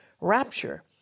rapture